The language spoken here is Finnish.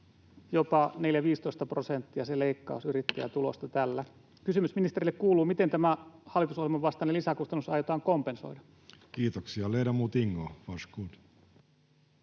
jopa 14—15 prosenttia yrittäjätulosta tällä. Kysymys ministerille kuuluu: miten tämä hallitusohjelman vastainen lisäkustannus aiotaan kompensoida? Kiitoksia. — Ledamot Ingo, varsågod.